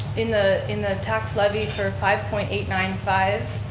in the in the tax levy for five point eight nine five